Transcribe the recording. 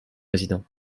président